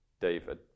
David